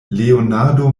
leonardo